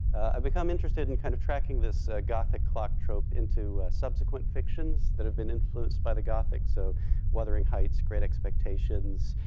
i've become interested in kind of tracking this gothic clock trope into subsequent fictions that have been influenced by the gothic, so wuthering heights, great expectations,